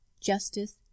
justice